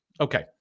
Okay